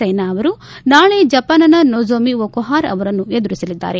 ಸೈನಾ ಅವರು ನಾಳೆ ಜಪಾನ್ನ ನೊಜೊಮಿ ಒಕುಹಾರ ಅವರನ್ನು ಎದುರಿಸಲಿದ್ದಾರೆ